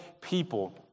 people